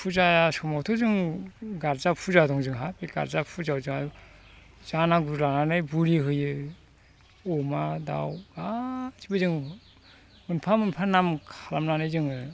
फुजा समावथ' जों गारजा फुजा दं जोंहा बे गारजा फुजायाव जाहा जानांगौ जाना गुरु लानानै बुलि होयो अमा दाउ गासिबो जों मोनफा मोनफा नाम खालामनानै जोङो